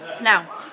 Now